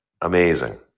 Amazing